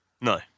No